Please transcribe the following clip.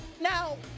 Now